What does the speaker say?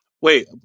Wait